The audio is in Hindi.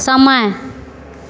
समय